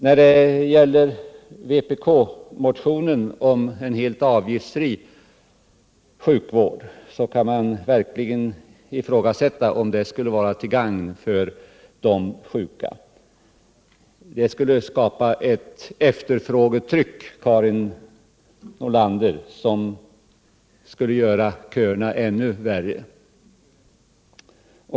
När det gäller vpk-motionen om en helt avgiftsfri sjukvård kan man verkligen ifrågasätta om en sådan reform skulle vara till gagn för de sjuka. Den skulle skapa ett efterfrågetryck, Karin Nordlander, som skulle göra köerna ännu värre.